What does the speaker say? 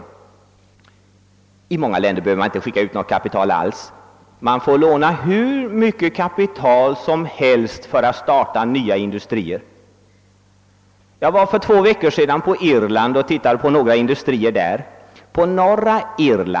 Till många länder behöver man inte skicka ut något kapital alls. Man får låna hur mycket som helst för att starta nya industrier. För två veckor sedan besökte jag Norra Irland och studerade några industrier där.